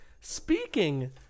speaking